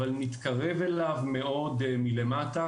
אבל נתקרב אליו מאוד מלמטה.